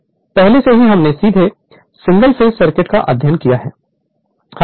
Refer Slide Time 1733 पहले से ही हमने सीधे सिंगल फेस सर्किट का अध्ययन किया है